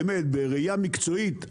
בראייה מקצועית,